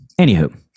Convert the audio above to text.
anywho